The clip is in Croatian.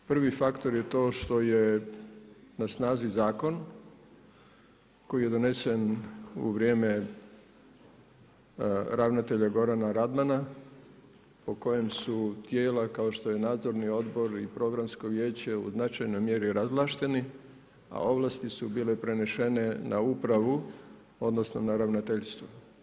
Prvi faktor je to što je na snazi zakon, koji je donesen u vrijeme ravnatelja Gorana Radmana, o kojem su tijela, kao što je nadzorni odbor i programsko vijeće u značajnoj mjeri razvlašteni, a ovlasti su bile prenesene na upravu, odnosno, na ravnateljstvo.